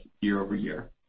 year-over-year